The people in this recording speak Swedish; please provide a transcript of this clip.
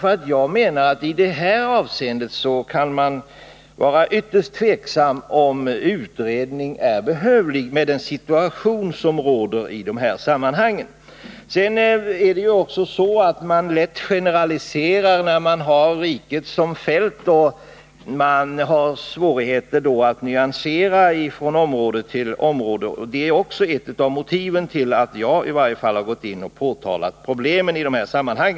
I detta avseende kan man vara ytterst tveksam till om utredningar är behövliga, med tanke på den situation som råder. Sedan är det ju också så att man lätt generaliserar när man har riket som fält. Man har då svårt att nyansera sina bedömningar från område till område. Det är också ett av motiven till att jag har aktualiserat dessa problem.